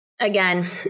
again